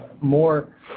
more